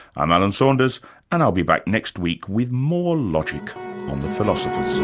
i'm alan saunders and i'll be back next week with more logic on the philosopher's